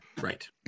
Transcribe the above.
right